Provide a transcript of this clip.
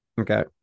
okay